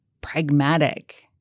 pragmatic –